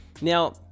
Now